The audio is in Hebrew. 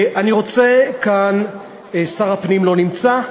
אני רוצה כאן, שר הפנים לא נמצא?